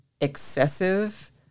excessive